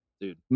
Dude